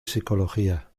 psicología